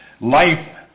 life